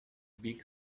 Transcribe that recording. big